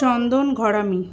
চন্দন ঘরামি